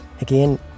Again